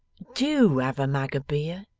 do have a mug of beer.